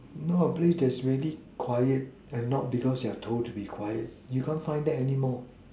know a place that is really quiet and not because you're told to be quiet you can't find that anymore